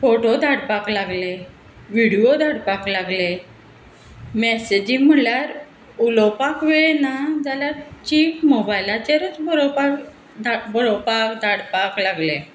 photo धाडपाक लागले video धाडपाक लागले मॅसेजी म्हणल्यार उलोवपाक वेळ ना जाल्यार चीट मोबायलाचेरच बरोवपाक धा बरोवपाक धाडपाक लागले